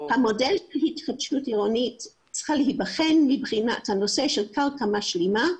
המודל של התחדשות עירונית צריך להיבחן מבחינת הנושא של קרקע משלימה,